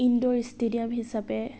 indoor stadium হিচাপে